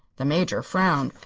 the major frowned.